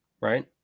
right